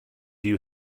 you